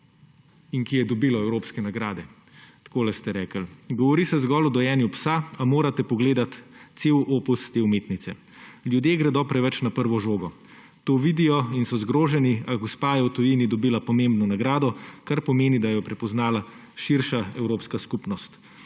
in ki je dobilo evropske nagrade. Takole ste rekli: »Govori se zgolj o dojenju psa, a morate pogledati cel opus te umetnice. Ljudje gredo preveč na prvo žogo. To vidijo in so zgroženi, a gospa je v tujini dobila pomembno nagrado, kar pomeni, da jo je prepoznala širša evropska skupnost.